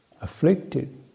afflicted